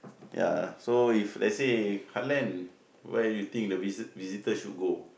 ya so if let's say heartland where you think the visit visitor should go